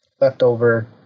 Leftover